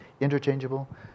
interchangeable